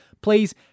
Please